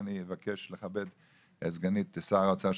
ואני אבקש לכבד את סגנית סגן האוצר,